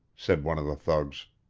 said one of the thugs.